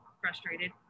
frustrated